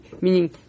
meaning